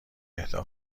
اهدا